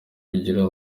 kugira